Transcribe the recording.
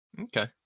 okay